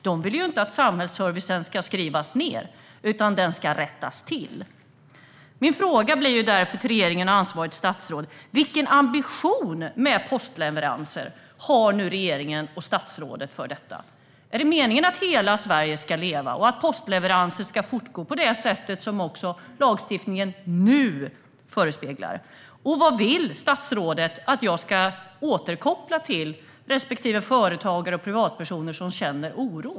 De vill inte att samhällsservicen ska skrivas ned utan att den ska rättas till. Vilken ambition med postleveranserna har regeringen och det ansvariga statsrådet? Är det meningen att hela Sverige ska leva och att postleveranser ska fortgå på det sätt som lagstiftningen nu förespeglar? Vad vill statsrådet att jag ska återkoppla till respektive företagare och privatpersoner som känner oro?